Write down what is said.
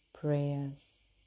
Prayers